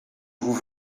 vous